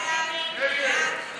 8. עד 8 הכול הוסר